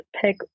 pick